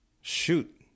shoot